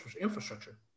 infrastructure